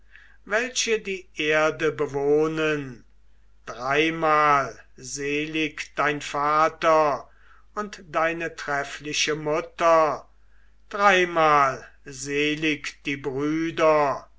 welche die erde bewohnen dreimal selig dein vater und deine treffliche mutter dreimal selig die brüder